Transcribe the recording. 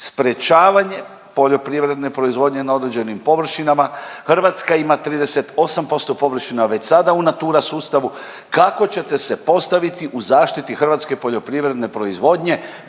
sprječavanje poljoprivredne proizvodnje na određenim površinama. Hrvatska ima 38% površina već sada u NATURA sustavu. Kako ćete se postaviti u zaštiti hrvatske poljoprivredne proizvodnje